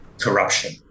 corruption